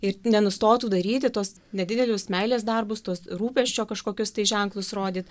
ir nenustotų daryti tuos nedidelius meilės darbus tuos rūpesčio kažkokius tai ženklus rodyt